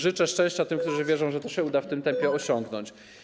Życzę szczęścia tym, którzy wierzą, że to się uda w tym tempie osiągnąć.